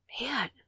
man